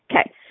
Okay